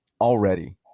Already